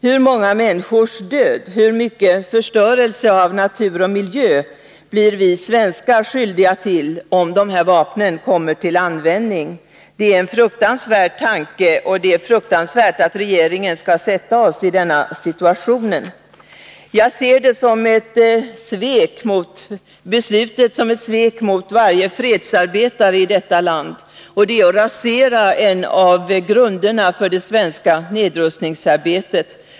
Hur många människors död, hur mycket förstörelse av natur och miljö blir vi svenskar skyldiga till, om de här vapnen kommer till användning? Det är en fruktansvärd tanke, och det är fruktansvärt att regeringen skall sätta oss i denna situation. Jag ser beslutet som ett svek mot varje fredsarbetare i detta land. Det är att rasera en av grunderna för det svenska nedrustningsarbetet.